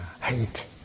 hate